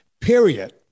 period